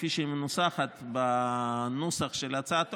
כפי שהיא מנוסחת בנוסח של ההצעה הטרומית,